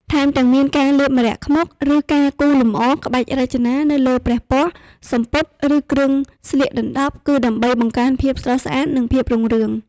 ថែមទាំងមាន ការលាបម្រ័ក្សណ៍ខ្មុក ឬការគូរលម្អក្បាច់រចនានៅលើព្រះពស្ត្រ សំពត់ ឬគ្រឿងស្លៀកដណ្ដប់ គឺដើម្បីបង្កើនភាពស្រស់ស្អាត និងភាពរុងរឿង។